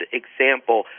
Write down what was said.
example